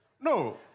No